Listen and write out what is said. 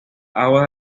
aguas